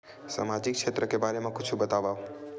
सामाजिक क्षेत्र के बारे मा कुछु बतावव?